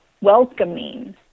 welcoming